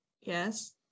Yes